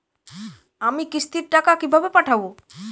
আমি কিস্তির টাকা কিভাবে পাঠাব?